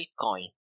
Bitcoin